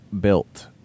built